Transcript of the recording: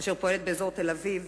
אשר פועלת באזור תל-אביב,